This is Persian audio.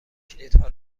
کلیدها